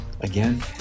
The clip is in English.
again